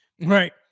right